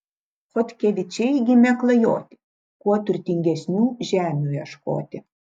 chodkevičiai gimę klajoti kuo turtingesnių žemių ieškoti